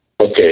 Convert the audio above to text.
Okay